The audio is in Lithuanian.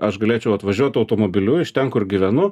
aš galėčiau atvažiuot automobiliu iš ten kur gyvenu